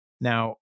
Now